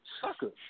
sucker